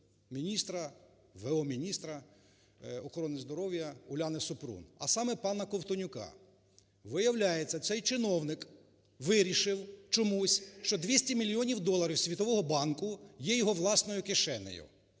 міністра, в.о. міністра охорони здоров'я Уляни Супрун, а саме пана Ковтонюка. Виявляється, цей чиновник вирішив чомусь, що 200 мільйонів доларів Світового банку є його власною кишенею,